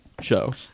show